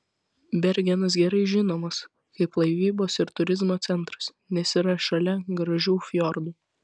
bergenas gerai žinomas kaip laivybos ir turizmo centras nes yra šalia gražių fjordų